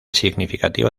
significativa